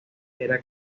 era